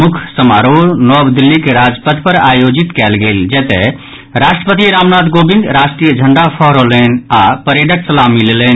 मुख्य समारोह नव दिल्लीक राजपथ पर आयोजित कयल गेल जतय राष्ट्रपति रामनाथ कोविंद राष्ट्रीय झंड़ा फहरौलनि आओर परेडक सलामी लेलनि